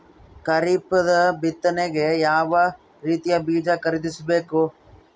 ಖರೀಪದ ಬಿತ್ತನೆಗೆ ಯಾವ್ ರೀತಿಯ ಬೀಜ ಖರೀದಿಸ ಬೇಕು?